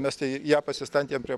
mes tai ją pasistatėm prie